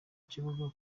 kibuga